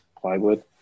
plywood